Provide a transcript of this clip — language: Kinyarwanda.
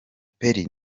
perry